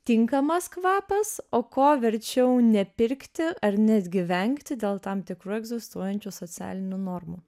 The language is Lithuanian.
tinkamas kvapas o ko verčiau nepirkti ar netgi vengti dėl tam tikrų egzistuojančių socialinių normų